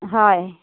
হয়